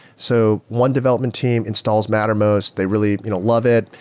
so one development team installs mattermost, they really you know love it.